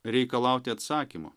reikalauti atsakymo